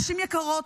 נשים יקרות,